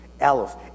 Aleph